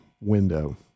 window